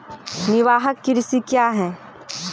निवाहक कृषि क्या हैं?